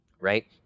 right